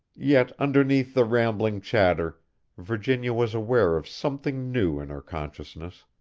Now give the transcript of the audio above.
yet underneath the rambling chatter virginia was aware of something new in her consciousness,